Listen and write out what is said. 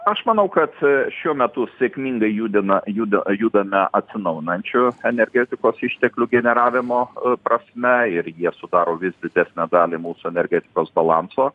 aš manau kad šiuo metu sėkmingai judina judo judame atsinaujinančių energetikos išteklių generavimo prasme ir jie sudaro vis didesnę dalį mūsų energetikos balanso